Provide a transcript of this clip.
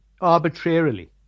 arbitrarily